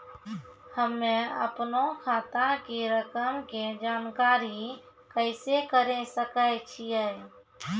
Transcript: हम्मे अपनो खाता के रकम के जानकारी कैसे करे सकय छियै?